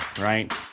right